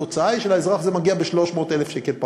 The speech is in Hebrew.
התוצאה היא שלאזרח זה מגיע ב-300,000 שקל פחות.